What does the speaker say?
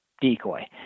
decoy